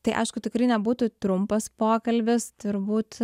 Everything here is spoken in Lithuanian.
tai aišku tikrai nebūtų trumpas pokalbis turbūt